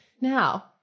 Now